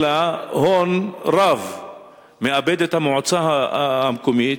אלא הון רב מאבדת המועצה המקומית,